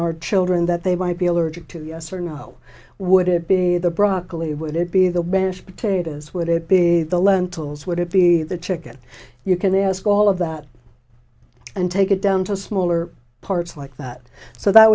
our children that they might be allergic to yes or no would it be the broccoli would it be the best potatoes would it be the lentils would it be the chicken you can ask all of that and take it down to smaller parts like that so that